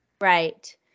Right